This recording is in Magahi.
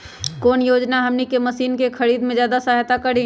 कौन योजना हमनी के मशीन के खरीद में ज्यादा सहायता करी?